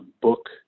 book